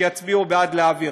שיצביעו בעד להעביר.